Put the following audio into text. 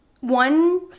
one